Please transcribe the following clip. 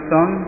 Son